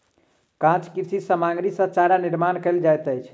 काँच कृषि सामग्री सॅ चारा निर्माण कयल जाइत अछि